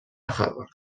harvard